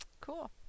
cool